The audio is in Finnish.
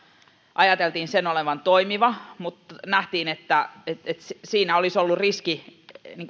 ajattelimme sen olevan toimiva mutta näimme että siinä olisi ollut riski